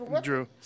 Drew